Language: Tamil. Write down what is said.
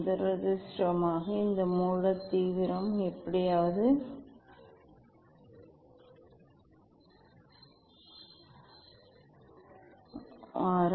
துரதிர்ஷ்டவசமாக இந்த மூல தீவிரம் எப்படியாவது மிகவும் வாரம்